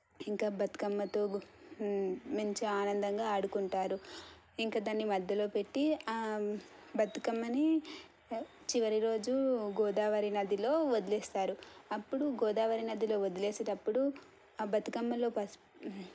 ఇంకా బతుకమ్మతో మంచిగా ఆనందంగా ఆడుకుంటారు ఇంక దాని మధ్యలో పెట్టి ఆ బతుకమ్మని చివరి రోజు గోదావరి నదిలో వదిలేస్తారు అప్పుడు గోదావరి నదిలో వదిలి వేసెటప్పుడు ఆ బతుకమ్మలో పసుపు